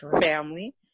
family